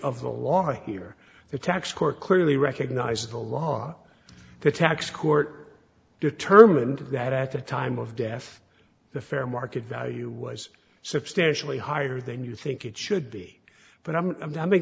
of the law here the tax court clearly recognizes the law the tax court determined that at the time of death the fair market value was substantially higher than you think it should be but i'm